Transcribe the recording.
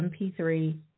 MP3